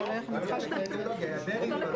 כי לא יהיה